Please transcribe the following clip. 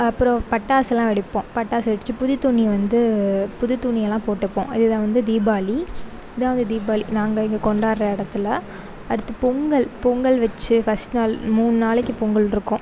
அப்பறம் பட்டாசுலாம் வெடிப்போம் பட்டாசு வெடித்து புது துணி வந்து புது துணியலாம் போட்டுப்போம் இதை வந்து தீபாவளி இதான் வந்து தீபாவளி நாங்கள் இங்கே கொண்டாடுற இடத்துல அடுத்து பொங்கல் பொங்கல் வச்சு ஃபஸ்ட் நாள் மூணு நாளைக்கு பொங்கல் இருக்கும்